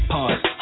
Pause